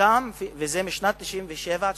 סוכם בין הגורמים האלה, וזה משנת 1997 1998,